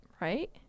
right